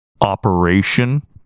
Operation